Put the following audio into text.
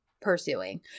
pursuing